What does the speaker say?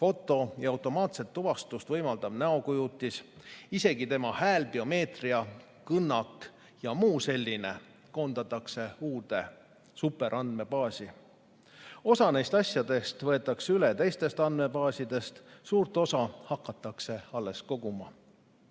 foto ja automaatset tuvastust võimaldav näokujutis, isegi tema häälbiomeetria, kõnnak ja muu selline koondatakse uude superandmebaasi. Osa neist asjadest võetakse üle teistest andmebaasidest, suurt osa hakatakse alles koguma.